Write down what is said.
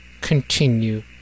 continue